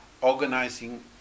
organizing